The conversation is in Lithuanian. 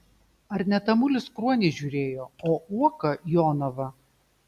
ar ne tamulis kruonį žiūrėjo o uoka jonavą